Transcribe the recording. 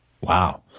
Wow